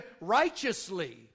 righteously